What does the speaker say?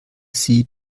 sie